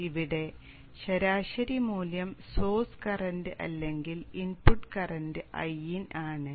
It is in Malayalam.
ഇവിടെ ശരാശരി മൂല്യം സോഴ്സ് കറന്റ് അല്ലെങ്കിൽ ഇൻപുട്ട് കറന്റ് Iin ആണ്